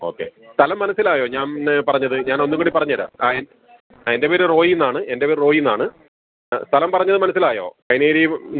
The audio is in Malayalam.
ഓക്കെ സ്ഥലം മനസ്സിലായോ ഞാൻ പറഞ്ഞത് ഞാൻ ഒന്ന് കൂടി പറഞ്ഞു തരാം ആ ആ എൻ്റെ പേര് റോയി എന്നാണ് എൻ്റെ പേര് റോയി എന്നാണ് സ്ഥലം പറഞ്ഞത് മനസ്സിലായോ കൈനക്കരി